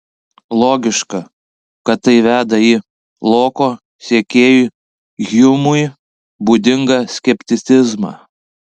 logiška kad tai veda į loko sekėjui hjumui būdingą skepticizmą